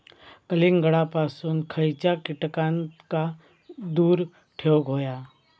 कलिंगडापासून खयच्या कीटकांका दूर ठेवूक व्हया?